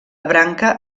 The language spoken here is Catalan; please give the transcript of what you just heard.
branca